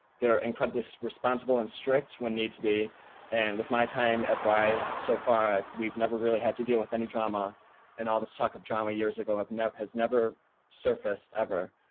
they're incredibly responsible and strict when needs to be and with my time advise so far we've never really had to deal with any drama and all this talk of drama years ago have net has never surface ever